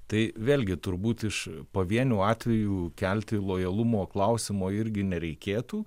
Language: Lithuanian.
tai vėlgi turbūt iš pavienių atvejų kelti lojalumo klausimo irgi nereikėtų